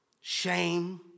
shame